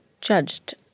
judged